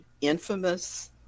infamous